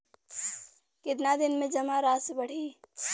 कितना दिन में जमा राशि बढ़ी?